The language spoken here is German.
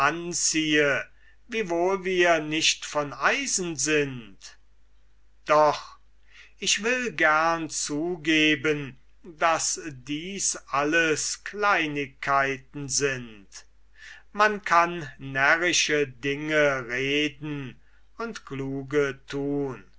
wiewohl wir nicht von eisen sind doch ich will gerne zugeben daß dies alles kleinigkeiten sind man kann närrische dinge reden und kluge tun